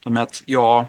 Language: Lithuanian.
tuomet jo